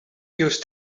use